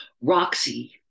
Roxy